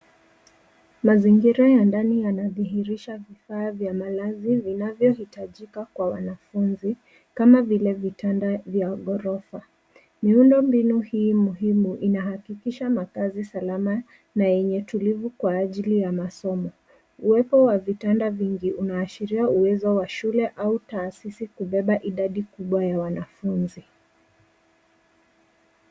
Mazingira ya ndani yanadhihirisha vifaa vya malazi vinavyohitajika kwa wanafunzi, kama vile vitanda vya ghorofa. Miundo mbinu hii muhimu inahakikisha makazi salama na yenye tulivu kwa ajili ya masomo. Uwepo wa vitanda vingi , unaashiria uwezo wa shule au taasisi kubeba idadi kubwa ya wanafunzi.